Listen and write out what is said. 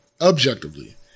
objectively